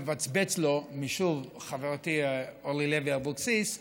ולעשות overruling לבחירה של ההורים.